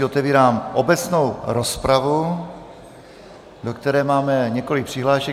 Otevírám obecnou rozpravu, do které máme několik přihlášek.